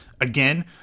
again